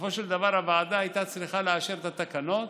בסופו של דבר הוועדה הייתה צריכה לאשר את התקנות